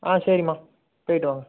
ஆ சரிம்மா போய்விட்டு வாங்க